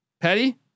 Petty